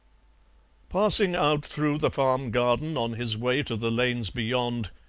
passing out through the farm garden on his way to the lanes beyond,